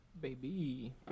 Baby